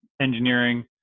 engineering